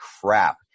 crap